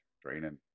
Training